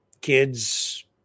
Kids